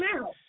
out